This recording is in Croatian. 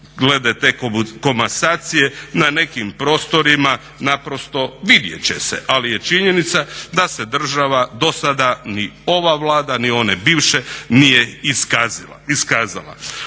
glede te komasacije na nekim prostorima naprosto vidjeti će se. Ali je činjenica da se država do sada ni ova Vlada ni ove bivše nije iskazala.